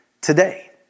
today